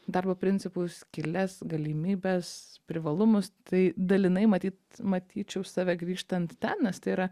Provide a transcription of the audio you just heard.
darbo principus skyles galimybes privalumus tai dalinai matyt matyčiau save grįžtant ten tai yra